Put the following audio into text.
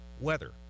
weather